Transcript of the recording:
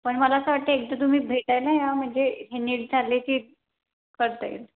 पण मला असं वाटतं एकदा तुम्ही भेटायला या म्हणजे हे नीट झाले की करता येईल